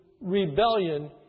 rebellion